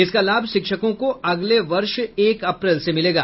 इसका लाभ शिक्षकों को अगले वर्ष एक अप्रैल से मिलेगा